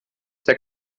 der